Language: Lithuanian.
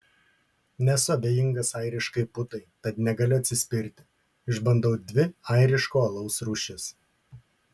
nesu abejingas airiškai putai tad negaliu atsispirti išbandau dvi airiško alaus rūšis